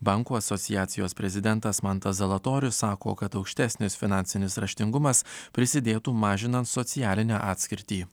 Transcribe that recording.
bankų asociacijos prezidentas mantas zalatorius sako kad aukštesnis finansinis raštingumas prisidėtų mažinant socialinę atskirtį